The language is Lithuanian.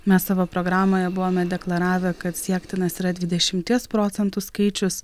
mes savo programoje buvome deklaravę kad siektinas yra dvidešimties procentų skaičius